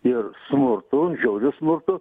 ir smurtu žiauriu smurtu